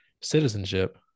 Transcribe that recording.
citizenship